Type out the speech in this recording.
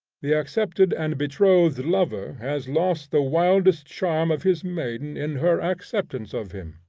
the accepted and betrothed lover has lost the wildest charm of his maiden in her acceptance of him.